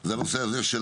הוא הנושא הזה של